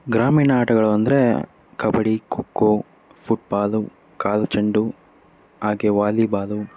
ಗ್ರಾಮೀಣ ಆಟಗಳು ಅಂದರೆ ಕಬಡ್ಡಿ ಖೋ ಖೋ ಫುಟ್ಬಾಲು ಕಾಲ್ಚೆಂಡು ಹಾಗೆ ವಾಲಿಬಾಲು